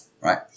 right